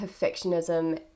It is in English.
perfectionism